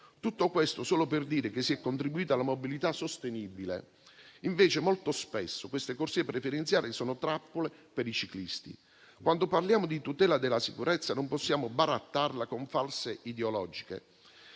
Tutto questo solo per dire che si è contribuito alla mobilità sostenibile. Invece, molto spesso queste corsie preferenziali sono trappole per i ciclisti. Quando parliamo di tutela della sicurezza, non possiamo barattarla con false ideologie.